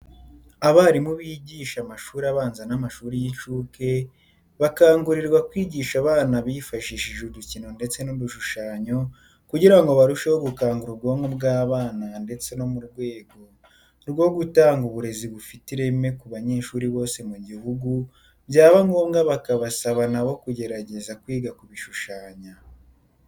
Abarimu bigisha amashuri abanza n'amashuri y'inshuke bakangurirwa kwigisha abana bifashishije udukino ndetse n'udushushanyo kugira ngo barusheho gukangura ubwonko bw'abana ndetse no mu rwego rwo gutanga uburezi bufite ireme ku banyeshuri bose mu gihugu byaba ngomba bakabasaba nabo kugerageza kwiga kubishushanya.